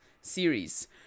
series